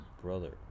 brother